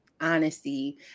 honesty